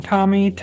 Tommy